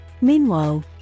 Meanwhile